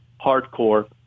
hardcore